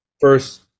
first